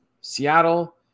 Seattle